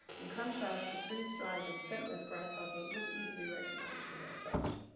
in contrast, the freeze-dried and scentless grasshopper was easily recognizable as such.